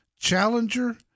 Challenger